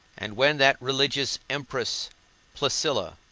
and when that religious empress placilla,